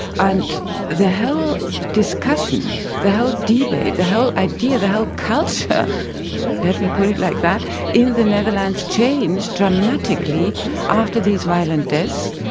and the whole discussion, the whole debate, the whole idea, the whole culture let me put it like that in the netherlands changed dramatically after these violent deaths,